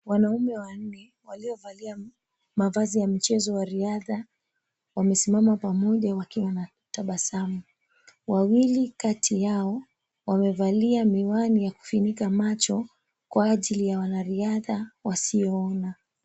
Wanaume wanne waliovalia mavazi ya mchezo wa riadha wamesimama pamoja wakiwa na tabasamu wawili kati yao wamevalia miwani ya kufunika macho kwa ajili ya wanariadha wasio ona.